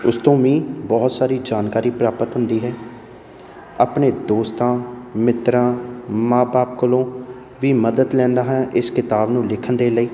ਉਸ ਤੋਂ ਵੀ ਬਹੁਤ ਸਾਰੀ ਜਾਣਕਾਰੀ ਪ੍ਰਾਪਤ ਹੁੰਦੀ ਹੈ ਆਪਣੇ ਦੋਸਤਾਂ ਮਿੱਤਰਾਂ ਮਾਂ ਬਾਪ ਕੋਲੋਂ ਵੀ ਮਦਦ ਲੈਂਦਾ ਹਾਂ ਇਸ ਕਿਤਾਬ ਨੂੰ ਲਿਖਣ ਦੇ ਲਈ